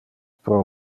pro